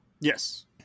Yes